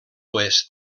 oest